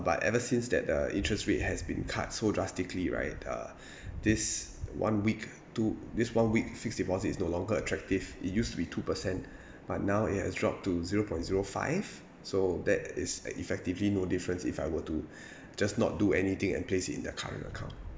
but ever since that the interest rate has been cut so drastically right uh this one week two this one week fixed deposit is no longer attractive it used to be two percent but now it has dropped to zero point zero five so that is uh effectively no difference if I were to just not do anything and place it in the current account